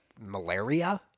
malaria